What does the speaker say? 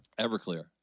Everclear